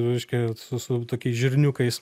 reiškia su su tokiais žirniukais